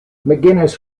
mcguinness